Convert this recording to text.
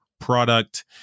product